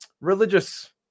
religious